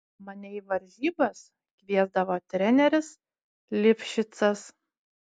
mane į varžybas kviesdavo treneris livšicas